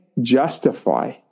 justify